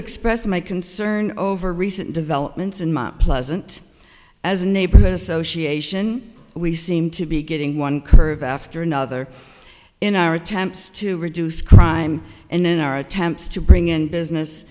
express my concern over recent developments in mount pleasant as a neighborhood association we seem to be getting one curve after another in our attempts to reduce crime and in our attempts to bring in business